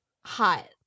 hot